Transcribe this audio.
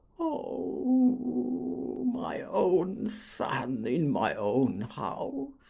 oh, my own son, in my own house!